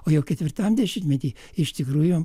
o jau ketvirtam dešimtmety iš tikrųjų